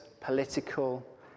political